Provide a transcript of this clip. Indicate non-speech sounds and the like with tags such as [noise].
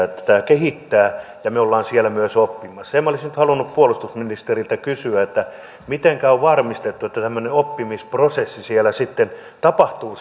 [unintelligible] että tämä kehittää ja me olemme siellä myös oppimassa sen minä olisin nyt halunnut puolustusministeriltä kysyä että mitenkä on varmistettu että tämmöinen oppimisprosessi siellä sitten tapahtuu [unintelligible]